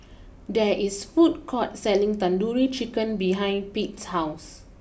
there is a food court selling Tandoori Chicken behind Pate's house